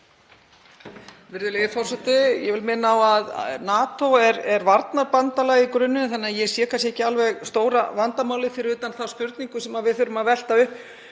Virðulegi forseti. Ég vil minna á að NATO er varnarbandalag í grunninn þannig að ég sé kannski ekki stóra vandamálið fyrir utan þá spurningu sem við þurfum að velta upp,